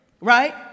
right